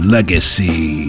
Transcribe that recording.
Legacy